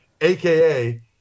AKA